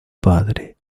padre